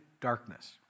darkness